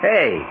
Hey